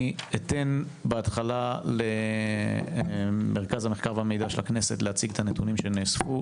אני אתן בהתחלה למרכז המחקר והמידע של הכנסת להציג את הנתונים שנאספו.